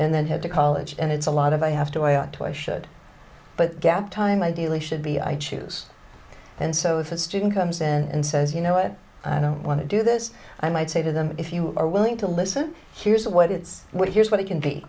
and then have to college and it's a lot of i have to weigh out why should but gap time ideally should be i choose and so if a student comes and says you know what i don't want to do this i might say to them if you are willing to listen here's what it's what here's what it can be